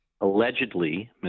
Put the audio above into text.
Allegedly